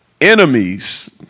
enemies